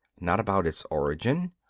not about its origin.